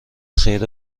خیر